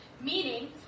Meaning